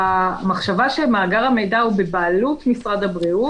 המחשבה שמאגר המידע הוא בבעלות משרד הבריאות,